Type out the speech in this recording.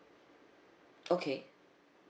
okay